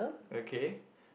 okay